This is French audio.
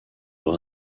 leur